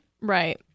Right